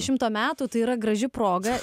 šimto metų tai yra graži proga